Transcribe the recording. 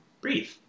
Breathe